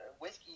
Whiskey